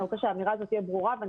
אני רוצה שהאמירה הזאת תהיה ברורה ואני